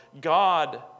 God